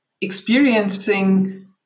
experiencing